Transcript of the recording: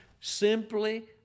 Simply